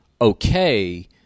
okay